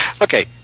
Okay